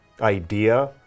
idea